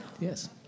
Yes